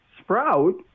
sprout